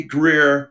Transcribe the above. Greer